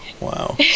wow